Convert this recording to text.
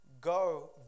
Go